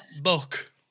book